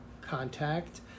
contact